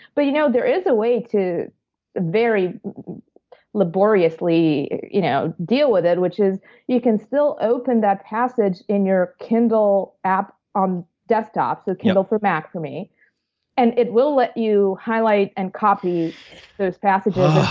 but you know there is a way to very laboriously you know deal with it which is you can still open that passage in your kindle app on desktop so kindle for mac, for me and it will let you highlight and copy those passages,